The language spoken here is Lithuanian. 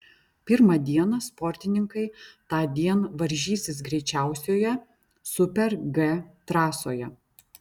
pirmą dieną sportininkai tądien varžysis greičiausioje super g trasoje